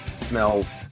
smells